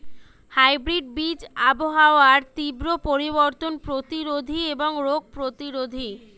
hybrid বীজ আবহাওয়ার তীব্র পরিবর্তন প্রতিরোধী এবং রোগ প্রতিরোধী